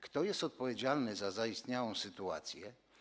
Kto jest odpowiedzialny za zaistniałą sytuację?